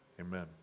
Amen